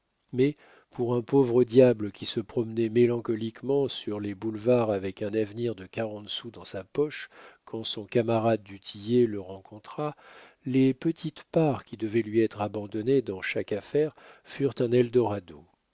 mais pour un pauvre diable qui se promenait mélancoliquement sur les boulevards avec un avenir de quarante sous dans sa poche quand son camarade du tillet le rencontra les petites parts qui devaient lui être abandonnées dans chaque affaire furent un eldorado